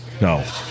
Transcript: No